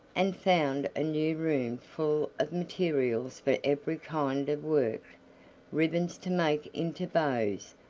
and found a new room full of materials for every kind of work ribbons to make into bows,